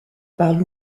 par